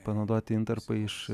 panaudoti intarpai iš